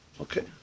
Okay